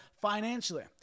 financially